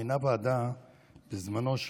מינה ועדה בזמנו,